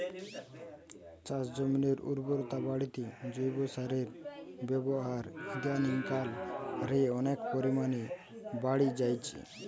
চাষজমিনের উর্বরতা বাড়িতে জৈব সারের ব্যাবহার ইদানিং কাল রে অনেক পরিমাণে বাড়ি জাইচে